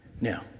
Now